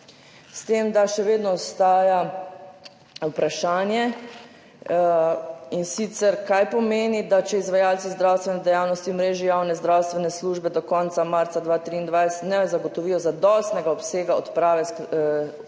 s tem, da še vedno ostaja vprašanje, in sicer kaj pomeni, da če izvajalci zdravstvene dejavnosti v mreži javne zdravstvene službe do konca marca 2023 ne zagotovijo zadostnega obsega odprave oziroma